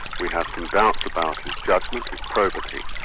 we have some doubts about his judgment, his probity,